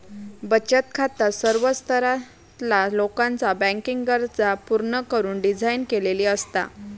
बचत खाता सर्व स्तरातला लोकाचा बँकिंग गरजा पूर्ण करुक डिझाइन केलेली असता